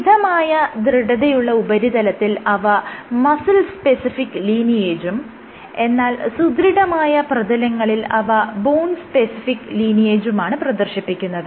മിതമായ ദൃഢതയുള്ള ഉപരിതലത്തിൽ അവ മസിൽ സ്പെസിഫിക്ക് ലീനിയേജും എന്നാൽ സുദൃഢമായ പ്രതലങ്ങളിൽ അവ ബോൺ സ്പെസിഫിക്ക് ലീനിയേജുമാണ് പ്രദർശിപ്പിക്കുന്നത്